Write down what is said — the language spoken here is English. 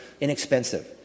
inexpensive